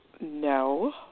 No